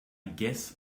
guess